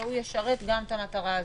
והוא ישרת גם את המטרה הזאת.